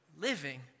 living